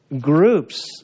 groups